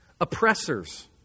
Oppressors